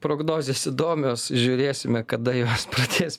prognozės įdomios žiūrėsime kada jos pradės